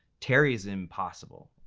terry is impossible.